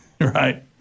Right